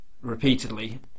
repeatedly